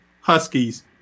Huskies